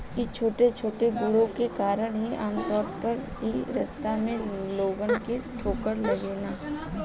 इ छोटे छोटे गड्ढे के कारण ही आमतौर पर इ रास्ता में लोगन के ठोकर लागेला